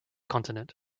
continent